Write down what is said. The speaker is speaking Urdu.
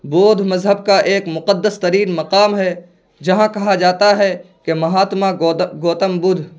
بودھ مذہب کا ایک مقدس ترین مقام ہے جہاں کہا جاتا ہے کہ مہاتما گوتم بدھ